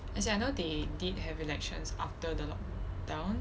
as in I know they did have elections after the lockdown